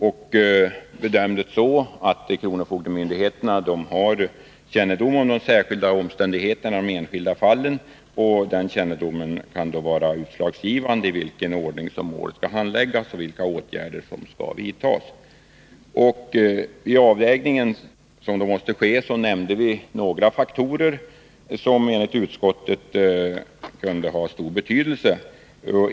Utskottet bedömde det så att utgångspunkten måste vara att kronofogdemyndigheternas kännedom om de särskilda omständigheterna i de enskilda fallen fick bli utslagsgivande för i vilken ordning målen skulle handläggas och vilka åtgärder som skulle vidtas. Vid den avvägning som måste göras nämnde utskottet några faktorer som kunde ha stor betydelse.